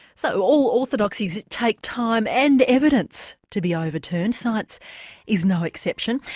so orthodoxies take time and evidence to be overturned, science is no exception.